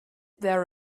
there